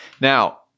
now